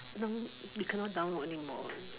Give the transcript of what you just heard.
now you cannot download anymore